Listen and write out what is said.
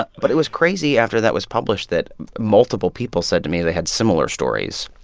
but but it was crazy after that was published that multiple people said to me they had similar stories,